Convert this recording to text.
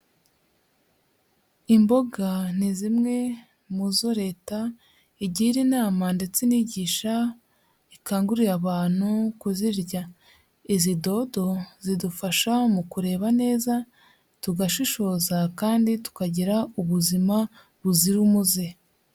Imboga ni zimwe mu zo Leta igira inama ndetse inigisha ikangurira abantu kuzirya, izi dodo zidufasha mu kureba neza, tugashishoza kandi tukagira ubuzima buzira umuze.